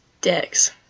Dicks